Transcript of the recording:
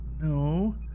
No